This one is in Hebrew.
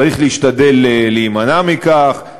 צריך להשתדל להימנע מכך,